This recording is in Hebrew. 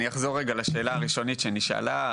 אני אחזור לשאלה הראשונית שנשאלה.